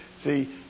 See